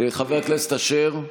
חבר הכנסת אשר,